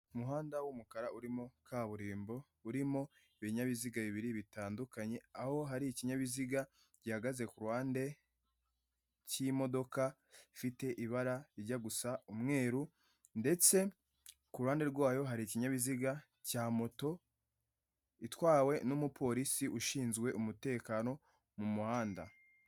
Ni imitako ikorwa n'abanyabugeni, imanitse ku rukuta rw'umukara ubusanzwe ibi byifashishwa mu kubitaka mu mazu, yaba ayo mu ngo ndetse n'ahatangirwamo serivisi.